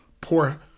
poor